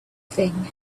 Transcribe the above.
thing